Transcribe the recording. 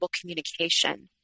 communication